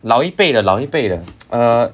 老一辈的老一辈的